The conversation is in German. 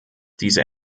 diese